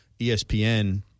ESPN